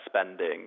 spending